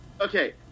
Okay